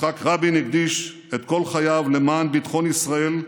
יצחק רבין הקדיש את כל חייו למען ביטחון ישראל.